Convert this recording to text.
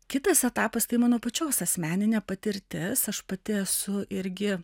kitas etapas tai mano pačios asmeninė patirtis aš pati esu irgi